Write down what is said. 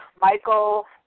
Michael